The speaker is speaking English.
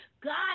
God